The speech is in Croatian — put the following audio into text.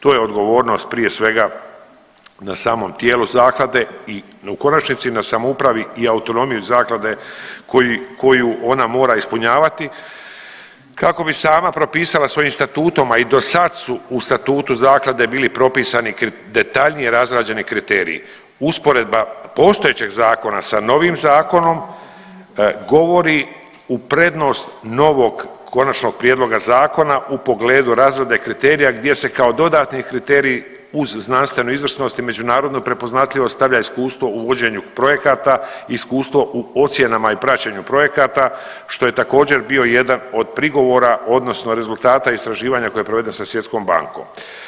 To je odgovornost prije svega na samom tijelu zaklade i u konačnici na samoupravi i autonomiji zaklade koju ona mora ispunjavati kako bi sama propisala svojim statutom, a i do sad su u statutu zaklade bili propisani detaljnije razrađeni kriteriji, usporedba postojećeg zakona sa novim zakonom govori u prednost novog konačnog prijedloga zakona u pogledu razrade kriterija gdje se kao dodatni kriterije uz znanstvenu izvrsnost i međunarodnu prepoznatljivost stavlja iskustvo u vođenju projekata, iskustvo u ocjenama i praćenju projekata, što je također bio jedan od prigovora odnosno rezultata istraživanja koje je provedeno sa Svjetskom bankom.